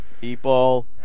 people